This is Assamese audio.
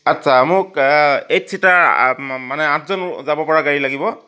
আত্ছা মোক এইট ছীটাৰ মানে আঠজন যাব পৰা গাড়ী লাগিব